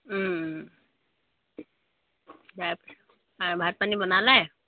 ভাত পানী বনালে